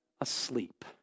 asleep